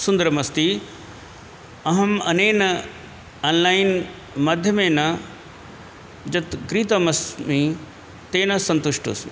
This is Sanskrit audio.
सुन्दरमस्ति अहम् अनेन आन्लैन्माध्यमेन यत् क्रीतमस्मि तेन सन्तुष्टोस्मि